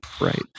Right